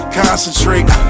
concentrate